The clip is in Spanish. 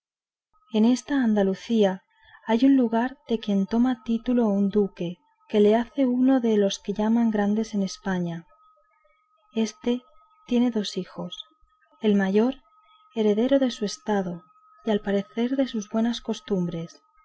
en esta andalucía hay un lugar de quien toma título un duque que le hace uno de los que llaman grandes en españa éste tiene dos hijos el mayor heredero de su estado y al parecer de sus buenas costumbres